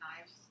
knives